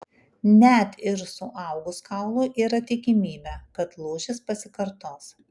net ir suaugus kaului yra tikimybė kad lūžis pasikartos